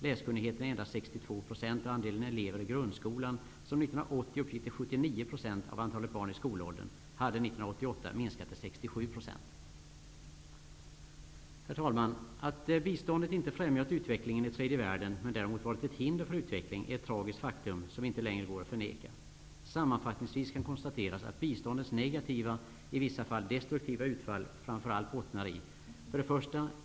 Läskunnigheten är endast 62 %, och andelen elever i grundskolan, som 1980 uppgick till 79 % av antalet barn i skolåldern, hade 1988 minskat till Herr talman! Att biståndet inte främjat utvecklingen i tredje världen utan däremot varit ett hinder för utveckling är ett tragiskt faktum som inte längre går att förneka. Sammanfattningsvis kan konstateras att biståndets negativa, i vissa fall destruktiva, utfall framför allt bottnar i följande förhållanden.